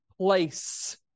place